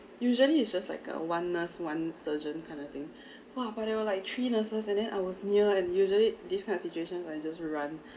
usually it's just like a one nurse one surgeon kind of thing !wah! but there were like three nurses and then I was near and usually this kind of situation I just run